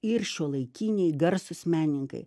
ir šiuolaikiniai garsūs menininkai